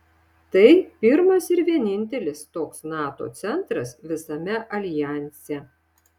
tai pirmas ir vienintelis toks nato centras visame aljanse